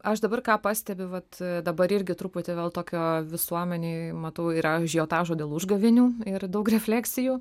aš dabar ką pastebiu vat dabar irgi truputį vėl tokio visuomenėj matau yra ažiotažo dėl užgavėnių ir daug refleksijų